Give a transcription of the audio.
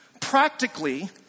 Practically